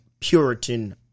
Puritan